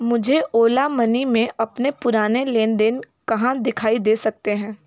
मुझे ओला मनी में अपने पुराने लेन देन कहाँ दिखाई दे सकते हैं